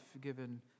given